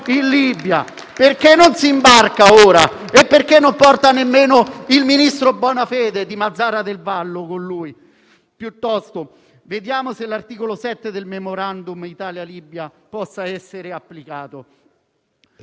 in Libia! Perché non si imbarca ora? Perché non porta con sé anche il ministro Bonafede, che è di Mazara del Vallo? Piuttosto, vediamo se l'articolo 7 del *memorandum* Italia-Libia possa essere applicato.